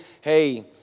hey